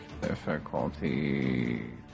Difficulty